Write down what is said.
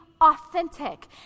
authentic